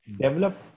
develop